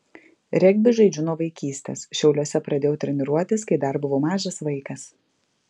regbį žaidžiu nuo vaikystės šiauliuose pradėjau treniruotis kai dar buvau mažas vaikas